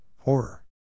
Horror